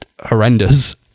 horrendous